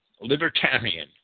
libertarian